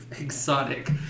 exotic